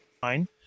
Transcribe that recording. fine